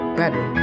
better